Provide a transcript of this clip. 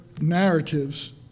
narratives